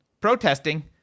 protesting